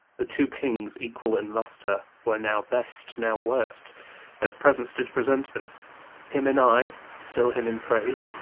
the two kings equall in lustre, were now best, now worst as presence did present them him in eye, still him in praise,